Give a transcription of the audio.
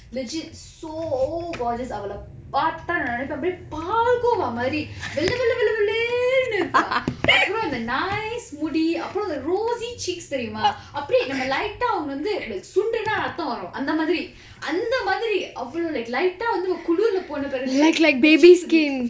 legit so gorgeous அவளப் பாத்தா நா எனக்கு அப்படியே பால் கோவை மாறி வெள்ள வெள்ள வெள்ள வெளேர்னு இருப்பா அப்புறம் அந்த:avalap patha na enakku appadiye pal gova mari vella vella vella velernu iruppa appuram antha nice முடி அப்புறம் அந்த:mudi appuram antha rosy cheeks தெரியுமா அப்படியே நம்ம:theriyuma appdiye namma light ah அவங்கல வந்து:avangala vanthu like சுண்டுனா ரத்தம் வரும் அந்த மாதிரி அந்த மாதிரி அவ்வளவு:sunduna ratham varum antha madiri antha madiri avvalavu like light ah வந்து இவ குளிர்ல போன பிறகு:vanthu iva kulirla pona piraku the cheeks will be